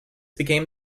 became